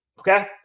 Okay